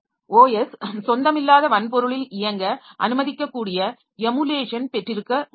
OS சொந்தமில்லாத வன்பொருளில் இயங்க அனுமதிக்க கூடிய எமுலேஷன் பெற்றிருக்க முடியும்